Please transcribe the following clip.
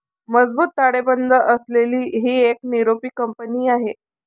मजबूत ताळेबंद असलेली ही एक निरोगी कंपनी आहे